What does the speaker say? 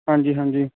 ਹਾਂਜੀ ਹਾਂਜੀ